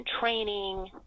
training